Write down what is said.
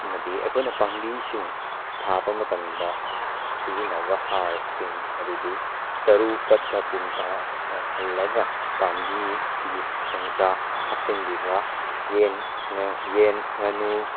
ꯑꯃꯗꯤ ꯑꯩꯈꯣꯏꯅ ꯄꯥꯝꯕꯤꯁꯤꯡ ꯊꯥꯕ ꯃꯇꯝꯗ ꯁꯤꯖꯤꯟꯅꯕ ꯍꯥꯔꯁꯤꯡ ꯑꯗꯨꯗꯤ ꯆꯔꯨ ꯄꯠꯊ ꯄꯨꯝꯊꯍꯜꯂꯒ ꯄꯥꯝꯕꯤꯒꯤ ꯃꯈꯣꯡꯗ ꯍꯥꯞꯆꯤꯟꯕꯤꯕ ꯌꯦꯟ ꯉꯥꯅꯨ